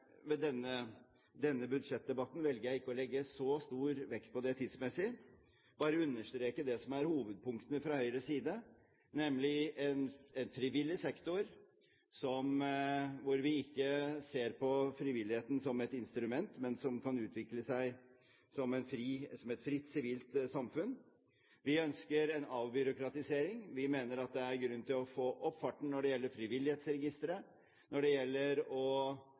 ved mange korsveier. I denne budsjettdebatten velger jeg ikke å legge så stor vekt på det tidsmessig. Jeg vil bare understreke det som er hovedpunktene fra Høyres side, nemlig en frivillig sektor hvor vi ikke ser på frivilligheten som et instrument, men som noe som kan utvikle seg som et fritt sivilt samfunn. Vi ønsker en avbyråkratisering. Vi mener at det er grunn til å få opp farten når det gjelder Frivillighetsregisteret, når det gjelder å